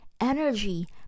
energy